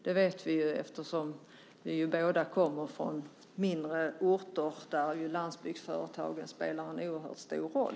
Det vet vi eftersom vi båda kommer från mindre orter där landsbygdsföretagen spelar en oerhört stor roll.